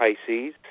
Pisces